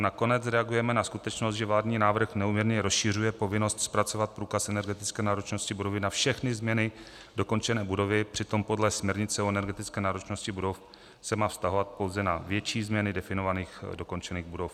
A nakonec reagujeme na skutečnost, že vládní návrh neúměrně rozšiřuje povinnost zpracovat průkaz energetické náročnosti budovy na všechny změny dokončené budovy, přitom podle směrnice o energetické náročnosti budov se má vztahovat pouze na větší změny definovaných dokončených budov.